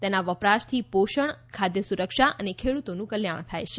તેના વપરાશથી પોષણ ખાદ્ય સુરક્ષા અને ખેડૂતોનું કલ્યાણ થાય છે